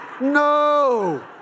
No